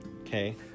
Okay